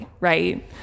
right